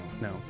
no